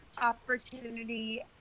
opportunity